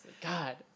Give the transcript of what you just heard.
God